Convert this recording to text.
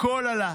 הכול עלה.